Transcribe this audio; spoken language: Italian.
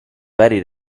vari